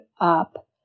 up